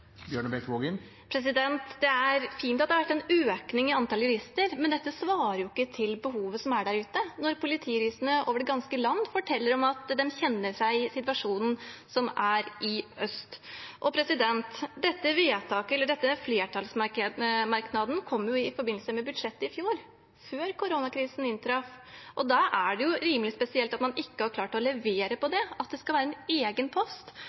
Det er fint at det har vært en økning i antall jurister, men dette svarer ikke på behovet som er der ute, når politijuristene over det ganske land forteller om at de kjenner seg igjen i situasjonen som er i Øst politidistrikt. Dette vedtaket, eller denne flertallsmerknaden, kom i forbindelse med budsjettet i fjor, før koronakrisen inntraff. Da er det rimelig spesielt at man ikke har klart å levere på det, at det skal være en egen post,